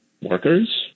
workers